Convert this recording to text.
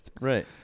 right